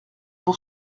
pour